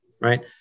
Right